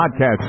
podcast